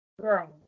Girl